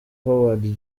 howard